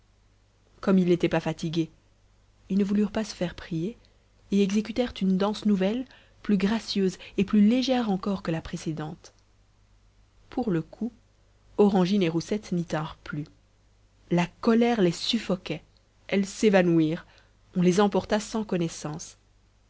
comme ils n'étaient pas fatigués ils ne voulurent pas se faire prier et exécutèrent une danse nouvelle plus gracieuse et plus légère encore que la précédente pour le coup orangine et roussette n'y tinrent plus la colère les suffoquait elles s'évanouirent on les emporta sans connaissance